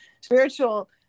spiritual